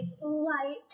light